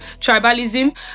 tribalism